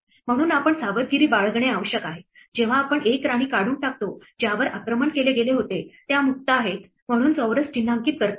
म्हणून आम्ही सावधगिरी बाळगणे आवश्यक आहे जेव्हा आपण एक राणी काढून टाकतो ज्यावर आक्रमण केले गेले होते त्या मुक्त आहेत म्हणून चौरस चिन्हांकित करता येईल